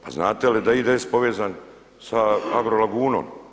Pa znate li da je IDS povezan sa Agrolagunom?